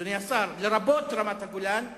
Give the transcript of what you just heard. אדוני השר, לרבות רמת-הגולן,